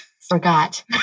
forgot